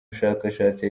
bushakashatsi